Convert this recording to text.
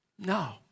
No